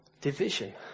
division